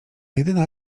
jedyna